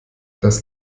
das